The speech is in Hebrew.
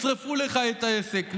ישרפו לך את העסק.